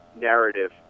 narrative